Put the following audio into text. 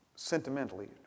Sentimentally